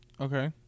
Okay